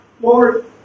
Lord